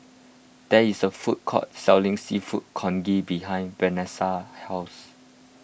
there is a food court selling Seafood Congee behind Vanessa's house